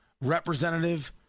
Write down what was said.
Representative